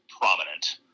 prominent